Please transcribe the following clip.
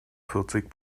vierzig